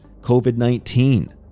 COVID-19